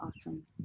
Awesome